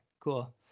cool